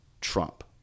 Trump